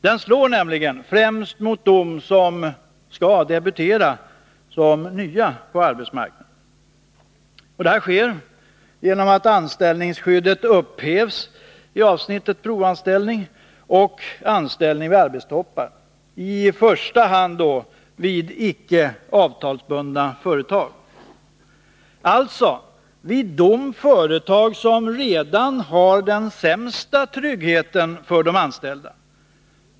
Den slår nämligen främst mot dem som är nya på arbetsmarknaden. Det sker genom att anställningsskyddet upphävs i avsnitten provanställning och anställning vid som redan har den sämsta tryggheten för de anställda.